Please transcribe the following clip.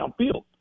downfield